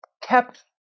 kept